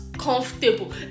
comfortable